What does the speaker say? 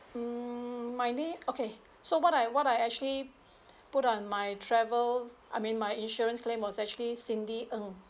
mm my name okay so what I what I actually put on my travel I mean my insurance claim was actually cindy ng